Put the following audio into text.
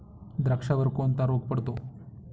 द्राक्षावर कोणता रोग पडतो?